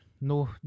no